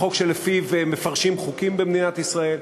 החוק שלפיו מפרשים חוקים במדינת ישראל,